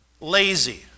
Lazy